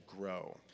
grow